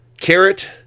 carrot